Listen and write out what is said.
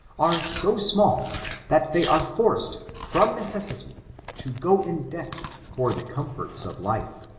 are so small that they are forced from neces sity to go in debt for the comforts of life.